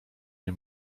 nie